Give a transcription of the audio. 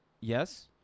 Yes